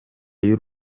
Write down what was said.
y’u